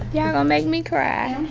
yeah um make me cry